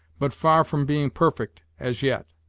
but far from being perfect, as yet.